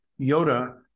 Yoda